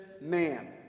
man